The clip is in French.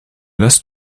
las